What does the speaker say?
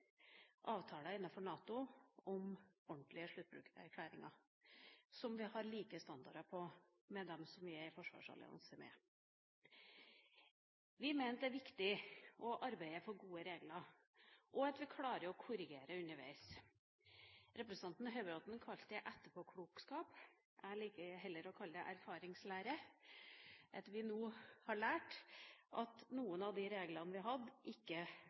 avtaler innenfor NATO om sluttbrukererklæringer, at vi har like standarder med dem som vi er i forsvarsallianse med. Vi mener at det er viktig å arbeide for gode regler, og at vi klarer å korrigere underveis. Representanten Høybråten kalte det etterpåklokskap. Jeg liker heller å kalle det erfaringslære, at vi nå har lært at noen av de reglene vi hadde, ikke